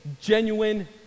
genuine